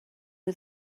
nhw